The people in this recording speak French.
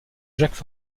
jacques